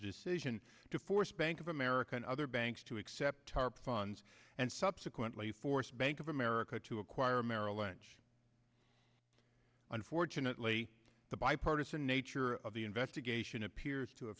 decision to force bank of america and other banks to accept tarp funds and subsequently for bank of america to acquire merrill lynch unfortunately the bipartisan nature of the investigation appears